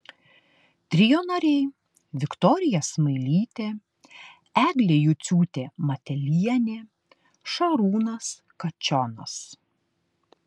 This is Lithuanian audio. trio nariai viktorija smailytė eglė juciūtė matelienė šarūnas kačionas